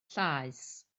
llaes